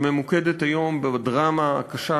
שממוקדת היום בדרמה הקשה,